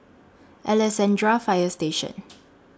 Alexandra Fire Station